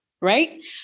right